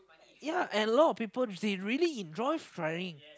ya and a lot of people they really enjoy driving